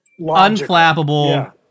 unflappable